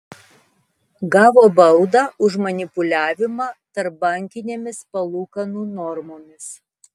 gavo baudą už manipuliavimą tarpbankinėmis palūkanų normomis